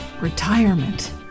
Retirement